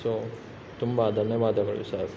so ತುಂಬ ಧನ್ಯವಾದಗಳು sir